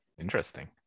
Interesting